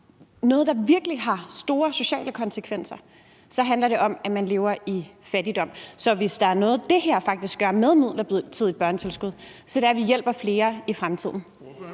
noget, der virkelig har store sociale konsekvenser – handler om, at man lever i fattigdom? Så hvis der er noget, det her faktisk gør, med det midlertidige børnetilskud, så er det, at vi hjælper flere i fremtiden.